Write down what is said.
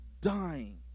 dying